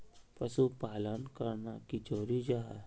पशुपालन करना की जरूरी जाहा?